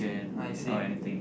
I see